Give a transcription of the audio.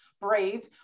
brave